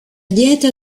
dieta